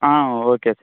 ah okay sir